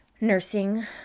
nursing